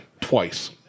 twice